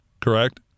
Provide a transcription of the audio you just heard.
correct